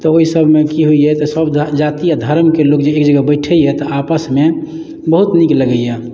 तऽ ओहि सभमे की होइए तऽ सभ जाति आ धर्मके लोक जे एक जगह बैठैए तऽ आपसमे बहुत नीक लगैए